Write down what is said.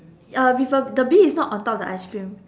uh before the bee is not on top of the ice cream